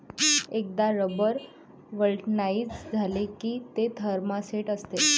एकदा rubber vulcanise झाले की ते थर्मोसेट असते